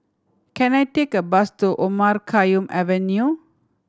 can I take a bus to Omar Khayyam Avenue